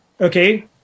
Okay